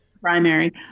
primary